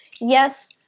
Yes